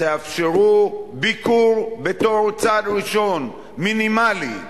תאפשרו ביקור בתור צעד ראשון, מינימלי.